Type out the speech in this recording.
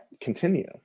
continue